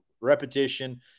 repetition